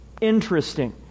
interesting